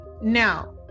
Now